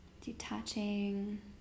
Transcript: detaching